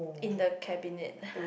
in the cabinet